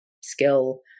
skill